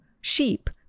sheep